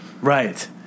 Right